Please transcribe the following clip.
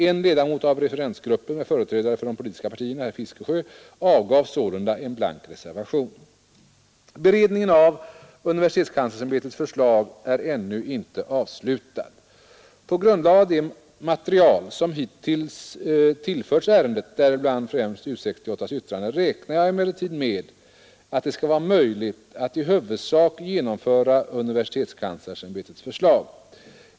En ledamot i referensgruppen med företrädare för de politiska partierna, herr Fiskesjö, avgav sålunda en blank reservation. Beredningen av universitetskanslersämbetets förslag är ännu inte avslutad. På grundval av det material som hittills tillförts ärendet, däribland främst U 68:s yttrande, räknar jag emellertid med att det skall vara möjligt att i huvudsak genomföra universitetskanslersämbetets förslag.